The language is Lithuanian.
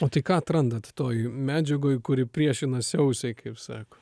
o tai ką atrandat toj medžiagoj kuri priešinasi ausiai kaip sako